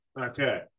Okay